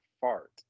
fart